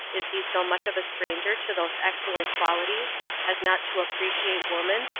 is he so much of a stranger to those excellent qualities as not to appreciate woman,